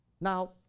Now